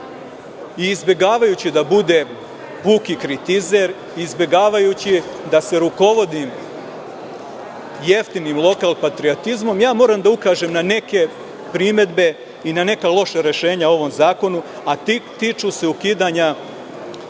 i izbegavajući da budem puki kritizer, izbegavajući da se rukovodim jeftinim lokalnim patriotizmom, moram da ukažem na neke primedbe i na neka loša rešenja u ovom zakonu. Tiču se ukidanja